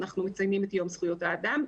אנחנו מציינים את יום זכויות האדם,